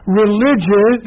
religion